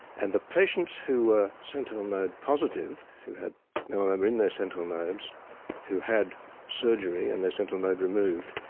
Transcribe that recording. and the patients who were sentinel node positive who had melanoma in their sentinel nodes who had surgery and their sentinel node removed,